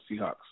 Seahawks